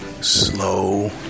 slow